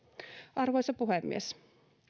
arvoisa puhemies